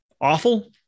awful